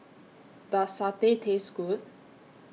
Does Satay Taste Good